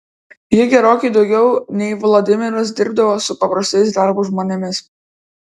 ji gerokai daugiau nei vladimiras dirbdavo su paprastais darbo žmonėmis